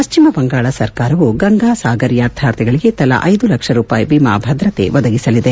ಪಶ್ಚಿಮ ಬಂಗಾಳ ಸರ್ಕಾರವು ಗಂಗಾ ಸಾಗರ್ ಯಾತಾರ್ಥಿಗಳಿಗೆ ತಲಾ ಐದು ಲಕ್ಷ ರೂಪಾಯಿ ವಿಮಾ ಭದ್ರತೆ ಒದಗಿಸಲಿದೆ